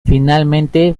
finalmente